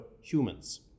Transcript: humans